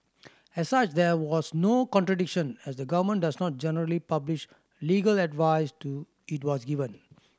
as such there was no contradiction as the government does not generally publish legal advice to it was given